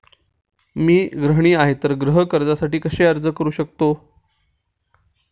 मी गृहिणी आहे तर गृह कर्जासाठी कसे अर्ज करू शकते?